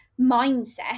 mindset